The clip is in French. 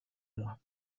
mois